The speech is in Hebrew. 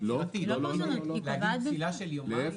יצירתית, להגיד פסילה של יומיים?